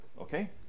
okay